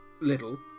little